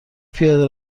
پیاده